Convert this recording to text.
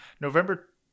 november